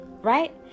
Right